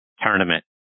tournament